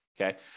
Okay